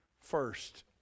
first